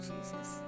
Jesus